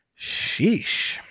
Sheesh